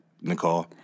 Nicole